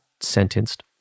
sentenced